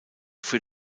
für